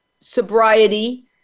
sobriety